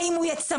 האם הוא יצמצם,